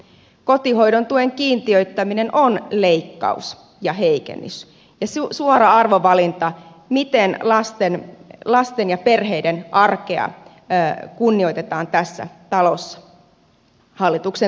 kotihoidon tuen kiintiöittäminen on leikkaus ja heikennys ja suora arvovalinta siinä miten lasten ja perheiden arkea kunnioitetaan tässä talossa hallituksen toimesta